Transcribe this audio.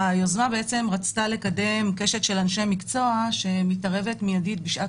היוזמה בעצם רצתה לקדם קשת של אנשי מקצוע שמתערבת מידית בשעת